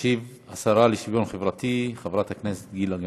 תשיב השרה לשוויון חברתי, חברת הכנסת גילה גמליאל.